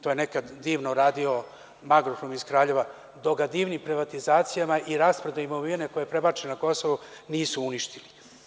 To je nekada divno radio „Magnohrom“ iz Kraljeva, dok ga divnim privatizacijama i rasprodajom imovine, koji je prebačen na Kosovo, nisu uništili.